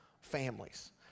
families